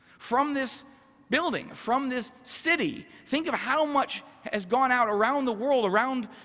from this building, from this city, think of how much has gone out around the world, around